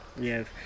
Yes